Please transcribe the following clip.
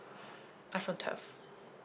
iphone twelve